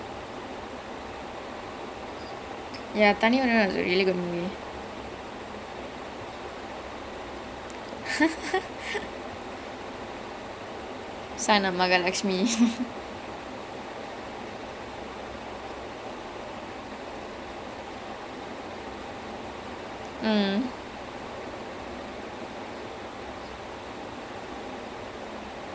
and ya Thani Oruvan oruvan was as a solid movies lah like I didn't I didn't know ya I didn't know Jayam ravi could act that much you know like I only knew him from M kumaran that boxing movie then I thought ya then I was like அதுல நல்லா நடிச்சு இருக்கானே:athula nallaa nadichu irukkaanae eh then afterwards you look at his filmography then it's like what Santosh Subramaniam subramaniam which are still okay then I think the rest of his movies were pretty mediocre until Thani Oruvan oruvan came out